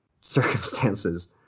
circumstances